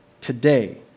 today